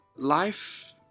Life